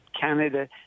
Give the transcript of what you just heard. Canada